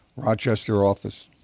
rochester office.